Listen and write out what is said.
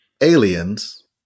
aliens